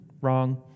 Wrong